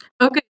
Okay